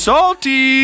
Salty